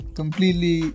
completely